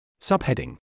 Subheading